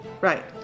Right